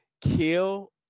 kill